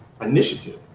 initiative